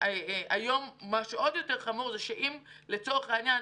היום מה שעוד יותר חמור הוא שאם לצורך העניין